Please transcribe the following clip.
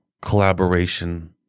collaboration